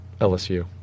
LSU